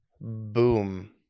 Boom